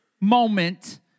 moment